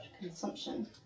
consumption